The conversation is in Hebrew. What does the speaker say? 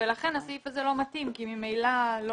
לכן הסעיף הזה לא מתאים כי ממילא לא